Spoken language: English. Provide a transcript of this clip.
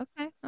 okay